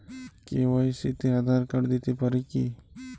KYC তে Aadhaar card দিতে পারি কি?